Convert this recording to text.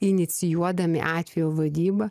inicijuodami atvejo vadybą